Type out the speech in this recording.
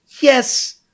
Yes